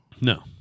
No